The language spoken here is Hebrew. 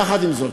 יחד עם זאת,